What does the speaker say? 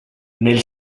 nel